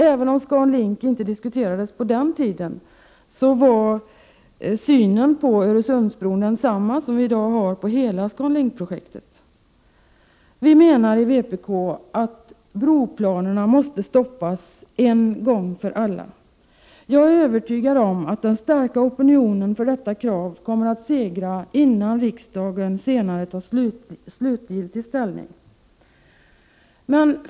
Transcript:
Även om Scan Link inte diskuterades på den tiden var synen på Öresundsbron densamma som vii dag har när det gäller hela ScanLink-projektet. Vi i vpk menar att broplanerna måste stoppas en gång för alla. Jag är övertygad om att den starka opinionen för detta krav kommer att segra, innan riksdagen senare tar slutgiltig ställning.